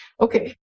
Okay